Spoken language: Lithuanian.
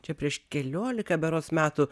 čia prieš keliolika berods metų